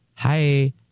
hi